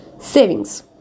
savings